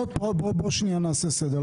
בוא שנייה נעשה סדר.